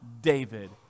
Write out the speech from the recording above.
david